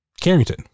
Carrington